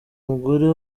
mugore